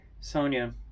Sonia